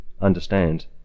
understand